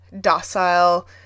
docile